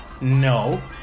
No